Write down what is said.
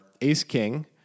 ace-king